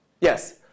Yes